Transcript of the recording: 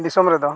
ᱫᱤᱥᱚᱢ ᱨᱮᱫᱚ